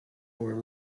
were